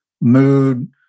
mood